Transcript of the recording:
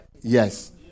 Yes